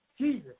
Jesus